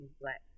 black